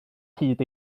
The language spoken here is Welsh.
hyd